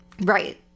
right